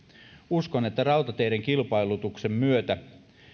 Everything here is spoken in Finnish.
uskon että rautateiden kilpailutuksen myötä